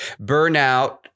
Burnout